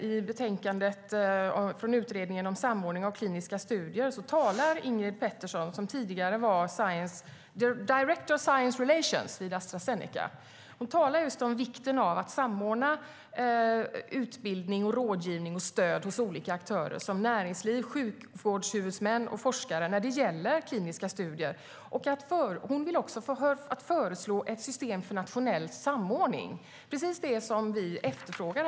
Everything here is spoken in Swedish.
I betänkandet från Utredningen om nationell samordning av kliniska studier talar Ingrid Petersson, som tidigare var director science relations vid Astra Zeneca, om vikten av att samordna utbildning, rådgivning och stöd hos olika aktörer, som näringsliv, sjukvårdshuvudmän och forskare, när det gäller kliniska studier. Hon föreslår också ett system för nationell samordning, precis det som vi efterfrågar.